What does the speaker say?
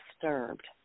disturbed